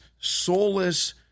soulless